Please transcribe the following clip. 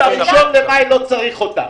ב-1 במאי אני לא צריך אותם.